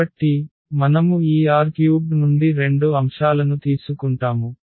కాబట్టి మనము ఈ R³ నుండి రెండు అంశాలను తీసుకుంటాము